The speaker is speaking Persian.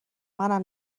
منم